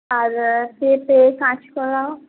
আর পেঁপে কাঁচকলাও